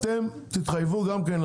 אתם תתחייבו גם כן.